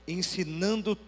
ensinando